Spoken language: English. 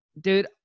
dude